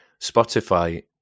spotify